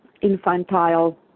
infantile